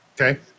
Okay